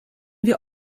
wir